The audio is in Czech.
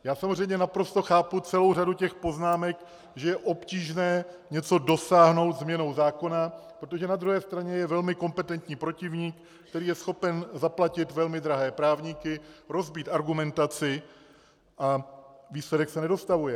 Já samozřejmě naprosto chápu celou řadu těch poznámek, že je obtížné něco dosáhnout změnou zákona, protože na druhé straně je velmi kompetentní protivník, který je schopen zaplatit velmi drahé právníky, rozbít argumentaci a výsledek se nedostavuje.